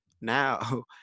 now